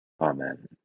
Amen